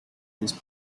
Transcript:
these